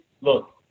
look